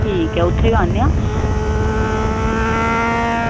ठीक ऐ उत्थें बी औन्ने आं